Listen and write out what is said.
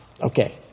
Okay